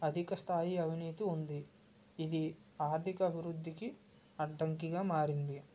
అధిక స్థాయి అవినీతి ఉంది ఇది ఆర్థిక అభివృద్ధికి అడ్డంకిగా మారింది